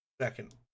second